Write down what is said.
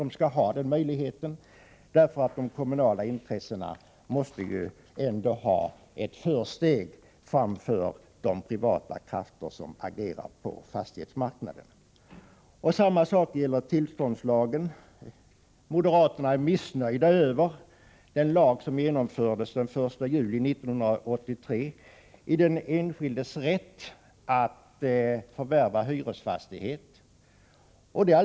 Den möjligheten skall finnas, därför att de kommunala intressena ändå måste ha ett försteg framför de privata krafter som agerar på fastighetsmarknaden. Detsamma gäller tillståndslagen. Moderaterna är missnöjda med den lag som infördes den 1 juli 1983 beträffande den enskildes rätt att förvärva hyresfastighet.